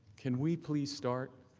can we please start?